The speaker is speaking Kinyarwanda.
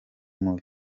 mubi